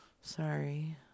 Sorry